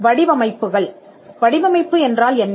வடிவமைப்புகள் வடிவமைப்பு என்றால் என்ன